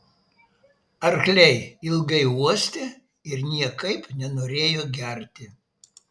arkliai ilgai uostė ir niekaip nenorėjo gerti